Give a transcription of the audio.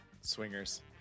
Swingers